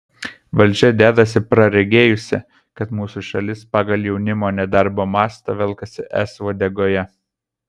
valdžia dedasi praregėjusi kad mūsų šalis pagal jaunimo nedarbo mastą velkasi es uodegoje